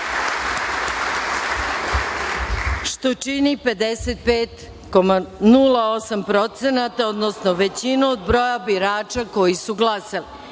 što čini 0,08%, odnosno većinu od broja birača koji su glasali.